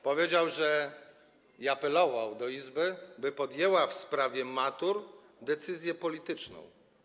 Powiedział i apelował do Izby, by ta podjęła w sprawie matur decyzję polityczną.